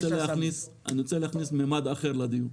אני רוצה להכניס ממד אחר לדיון.